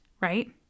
right